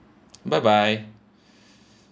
bye bye